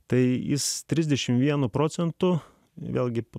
tai jis trisdešim vienu procentu vėlgi